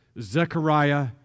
Zechariah